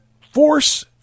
force